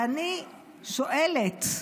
ואני שואלת,